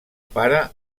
pare